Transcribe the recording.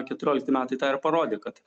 keturiolikti metai tą ir parodė kad